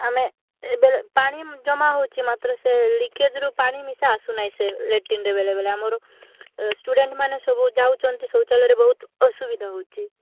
ଆମେ ଏବେ ପାଣି ଜମା ହେଉଛି ମାତ୍ର ସେ ଲିକେଜ୍ରୁ ପାଣି ମିସା ଆସୁନାହିଁ ସେ ଲେଟିନ୍ରେ ବେଳେବେଳେ ଆମର ସ୍ଟୁଡ଼େଣ୍ଟ୍ ମାନେ ସବୁ ଯାଉଛନ୍ତି ଶୌଚାଳୟରେ ବହୁତ ଅସୁବିଧା ହେଉଛି